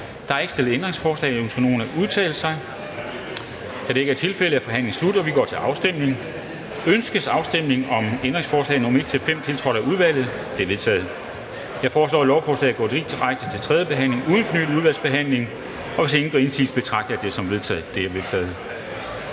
betragter herefter ændringsforslag nr. 5, stillet og tiltrådt af samme mindretal, som forkastet. Det er forkastet. Ønskes afstemning om ændringsforslag nr. 3, tiltrådt af udvalget? Det er vedtaget. Jeg foreslår, at lovforslaget går direkte til tredje behandling uden fornyet udvalgsbehandling, og hvis ingen gør indsigelse, betragter jeg det som vedtaget. Det er vedtaget.